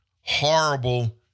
horrible